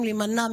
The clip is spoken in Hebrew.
ילדים,